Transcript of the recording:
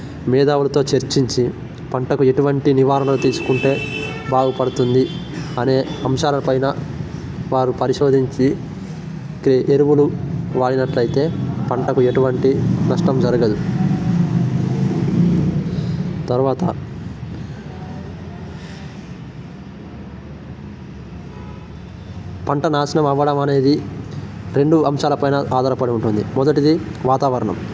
మేధావులతో చర్చించి పంటకు ఎటువంటి నివారణ తీసుకుంటే బాగుపడుతుంది అనే అంశాల పైన వారు పరిశోధించి ఎరువులు వాడినట్లయితే పంటకు ఎటువంటి నష్టం జరగదు తర్వాత పంట నాశనం అవ్వడం అనేది రెండు అంశాల పైన ఆధారపడి ఉంటుంది మొదటిది వాతావరణం